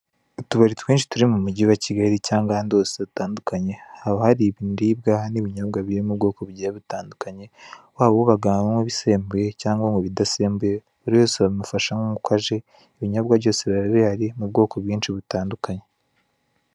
Utubari twinshi turi mu mujyi wa Kigali cyangwa ahandi hose hatandukanye, haba hari ibiribwa n'ibinyobwa, biri mu bwoko bugiye butandukanye, waba wabaga unywa ibisembuye cyangwa banywa ibidasembuye, buri wese babimufashamo nk'uko aje, ibinyobwa byose biba bihari mu bwoko bwinshi butandukanye.